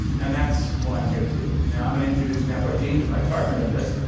and that's why i'm here to do it. now, i'm gonna introduce matt bardin, who's my partner in this,